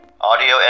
Audio